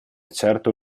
certo